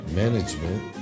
management